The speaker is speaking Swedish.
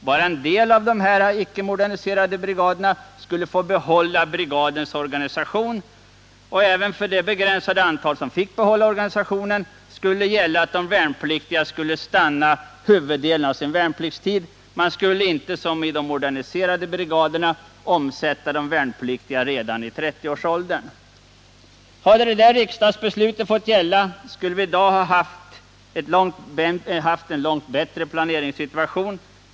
Bara en del av de här icke moderniserade brigaderna skulle få behålla brigadens organisation, och även för det begränsade antal som fick behålla organisationen skulle gälla att de värnpliktiga skulle stanna huvuddelen av sin värnpliktstid. Man skulle inte som i de moderniserade brigaderna omsätta de värnpliktiga redan i 30-årsåldern. Hade detta riksdagsbeslut fått gälla skulle vi i dag ha haft en långt bättre planeringssituation.